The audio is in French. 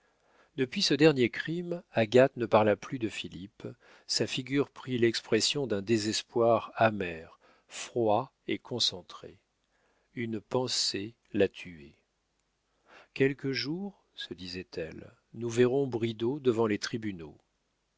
depuis ce dernier crime agathe ne parla plus de philippe sa figure prit l'expression d'un désespoir amer froid et concentré une pensée la tuait quelque jour se disait-elle nous verrons bridau devant les tribunaux